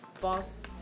Boss